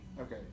Okay